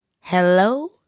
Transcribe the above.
Hello